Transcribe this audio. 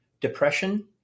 Depression